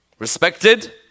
Respected